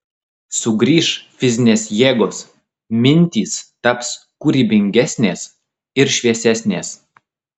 sugrįš fizinės jėgos mintys taps kūrybingesnės ir šviesesnės